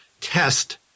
test